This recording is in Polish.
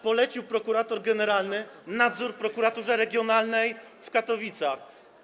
polecił prokurator generalny nadzór Prokuraturze Regionalnej w Katowicach.